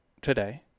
today